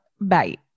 bye